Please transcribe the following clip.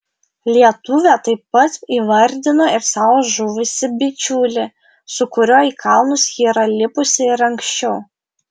lietuvė taip pat įvardino ir savo žuvusį bičiulį su kuriuo į kalnus ji yra lipusi ir anksčiau